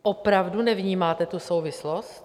Opravdu nevnímáte tu souvislost?